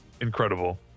incredible